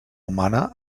humana